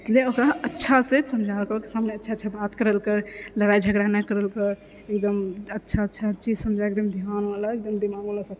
इसलिए ओकरा अच्छासे समझा सामने अच्छा अच्छा बात करलकर लड़ाइ झगड़ा नहि करलकर एकदम अच्छा अच्छा हर चीज समझाकर एकदम ध्यान वला एकदम दिमाग वाला सब